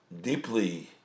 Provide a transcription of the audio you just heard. deeply